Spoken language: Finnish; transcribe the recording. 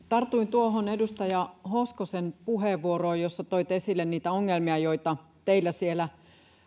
tartuin tuohon edustaja hoskosen puheenvuoroon jossa toitte esille niitä ongelmia joita teillä siellä